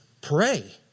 pray